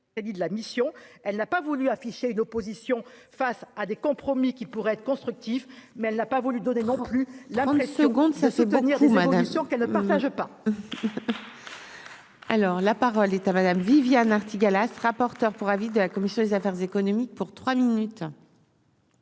elle n'a pas voulu afficher une opposition face à des compromis qui pourrait être constructif, mais elle n'a pas voulu donner non plus l'après-Seconde ça soutenir des qu'elle ne partage pas.